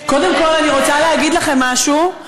קודם כול, אני רוצה להגיד לכם משהו.